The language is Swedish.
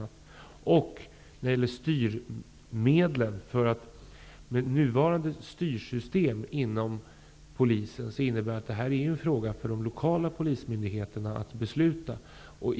Jag undrar också om man är beredd att förändra styrmedlen. Nuvarande styrsystem inom polisen innebär att det här är en fråga som de lokala polismyndigheterna skall besluta om.